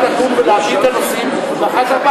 ואחר כך,